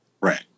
Right